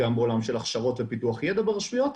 גם בעולם של הכשרות ופיתוח ידע ברשויות,